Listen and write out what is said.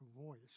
voice